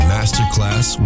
Masterclass